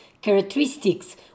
characteristics